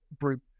group